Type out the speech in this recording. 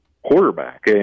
quarterback